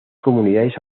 comunidades